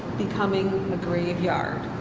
becoming a graveyard.